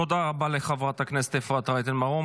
תודה רבה לחברת הכנסת אפרת רייטן מרום.